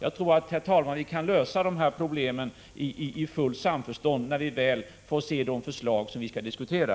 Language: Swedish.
Jag tror, herr talman, att vi kan lösa dessa problem i fullt samförstånd när man väl får se de förslag vi skall diskutera.